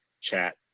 chat